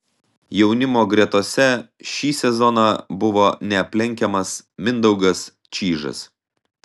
jaunimo gretose šį sezoną buvo neaplenkiamas mindaugas čyžas